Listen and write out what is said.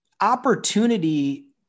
opportunity